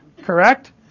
correct